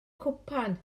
cwpan